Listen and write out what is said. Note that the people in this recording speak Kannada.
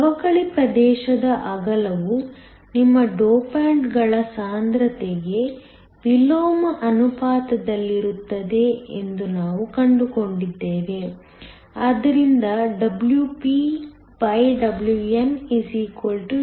ಸವಕಳಿ ಪ್ರದೇಶದ ಅಗಲವು ನಿಮ್ಮ ಡೋಪಾಂಟ್ಗಳ ಸಾಂದ್ರತೆಗೆ ವಿಲೋಮ ಅನುಪಾತದಲ್ಲಿರುತ್ತದೆ ಎಂದು ನಾವು ಕಂಡುಕೊಂಡಿದ್ದೇವೆ ಆದ್ದರಿಂದ WpWn NDNA